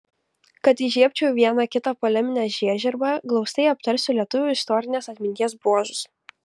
kad įžiebčiau vieną kitą poleminę žiežirbą glaustai aptarsiu lietuvių istorinės atminties bruožus